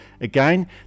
Again